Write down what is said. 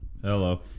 Hello